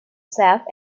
self